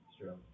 True